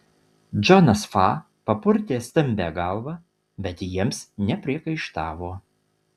džonas fa papurtė stambią galvą bet jiems nepriekaištavo